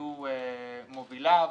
היו מוביליו,